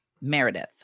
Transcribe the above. Meredith